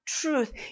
truth